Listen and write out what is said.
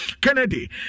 Kennedy